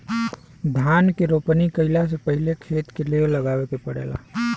धान के रोपनी कइला से पहिले खेत के लेव लगावे के पड़ेला